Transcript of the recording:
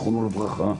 זכרונו לברכה,